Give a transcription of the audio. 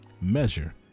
measure